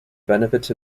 benefits